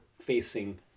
facing